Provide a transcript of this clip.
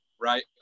right